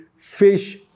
fish